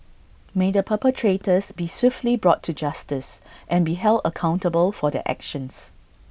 may the perpetrators be swiftly brought to justice and be held accountable for their actions